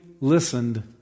listened